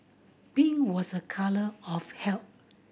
pink was a colour of health